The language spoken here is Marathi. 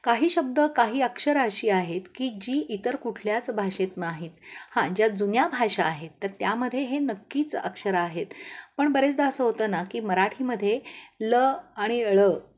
काही शब्द काही अक्षरं अशी आहेत की जी इतर कुठल्याच भाषेत माहीत हां ज्या जुन्या भाषा आहेत तर त्यामध्ये हे नक्कीच अक्षरं आहेत पण बरेचदा असं होतं ना की मराठीमध्ये ल आणि ळ